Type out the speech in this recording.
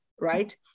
Right